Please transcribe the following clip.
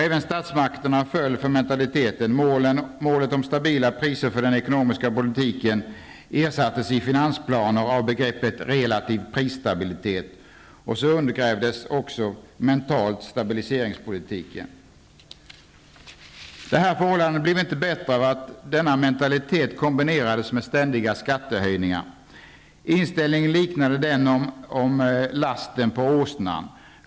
Även statsmakterna föll för mentaliteten. Målet stabila priser för den ekonomiska politiken ersattes i finansplaner av begreppet ''relativ prisstabilitet''. Så undergrävdes också mentalt stabiliseringspolitiken. Det här förhållandet blev inte bättre av att denna mentalitet kombinerades med ständiga skattehöjningar. Inställningen liknade den om lasten på åsnan.